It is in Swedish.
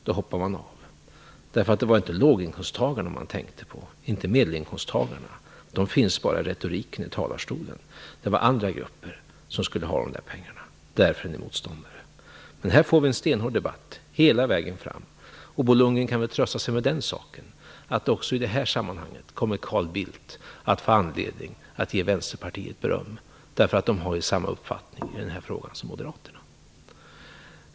Då hoppar de av, därför att det var inte låginkomsttagarna de tänkte på och inte på medelinkomsttagarna. De används bara i retoriken i talarstolen. Det var andra grupper som skulle ha pengarna. Därför är ni motståndare. Men här kommer det att bli en stenhård debatt hela vägen fram. Bo Lundgren kan väl trösta sig med att också i detta sammanhang kommer Carl Bildt att få anledning att ge Vänsterpartiet beröm, därför att de har ju samma uppfattning som Moderaterna i den här frågan.